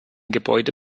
gebäude